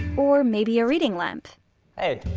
or maybe a reading lamp hey!